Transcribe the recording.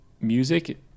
Music